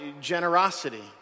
generosity